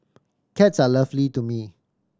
cats are lovely to me